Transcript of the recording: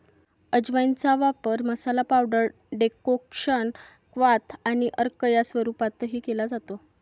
अजवाइनचा वापर मसाला, पावडर, डेकोक्शन, क्वाथ आणि अर्क या स्वरूपातही केला जातो